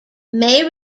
may